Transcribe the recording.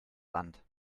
land